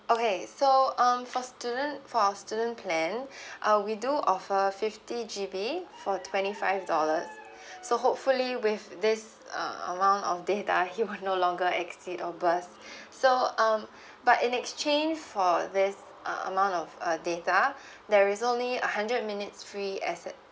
okay so um for student for our student plan uh we do offer fifty G_B for twenty five dollars so hopefully with this uh amount of data he will no longer exceed above so um but in exchange for this uh amount of uh data there is only a hundred minutes free S_M